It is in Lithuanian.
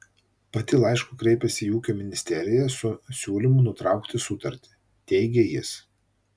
pati laišku kreipėsi į ūkio ministeriją su siūlymu nutraukti sutartį teigė jis